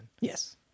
yes